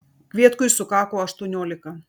kvietkui sukako aštuoniolika